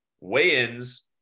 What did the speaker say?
weigh-ins